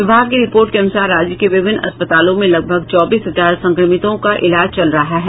विभाग की रिपोर्ट के अनुसार राज्य के विभिन्न अस्पतालों में लगभग चौबीस हजार संक्रमितों का इलाज चल रहा है